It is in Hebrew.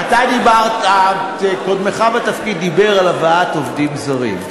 אבל אתה דיברת וקודמך לתפקיד דיבר על הבאת עובדים זרים,